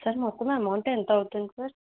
sir మొత్తం amount ఎంతవుతుంది sir